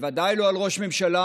ובוודאי לא על ראש ממשלה,